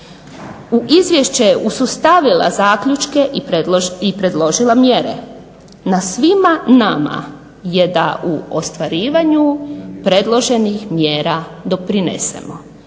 U izvješće su stavila zaključke i predložila mjere. Na svima nama je da u ostvarivanju predloženih mjera doprinesemo.